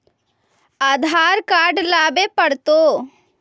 आधार card लाबे पड़तै?